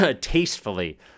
tastefully